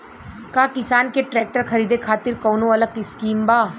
का किसान के ट्रैक्टर खरीदे खातिर कौनो अलग स्किम बा?